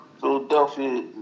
Philadelphia